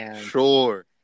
Sure